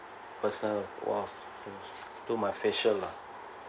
personal while do my facial lah